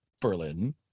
Berlin